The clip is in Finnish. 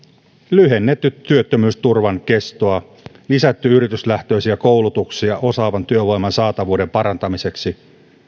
lyhennetty työttömyysturvan kestoa lisätty yrityslähtöisiä koulutuksia osaavan työvoiman saatavuuden parantamiseksi